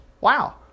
Wow